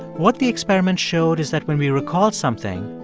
what the experiment showed is that when we recall something,